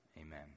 Amen